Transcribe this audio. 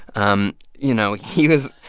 um you know? he was,